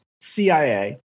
CIA